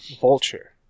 Vulture